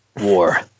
war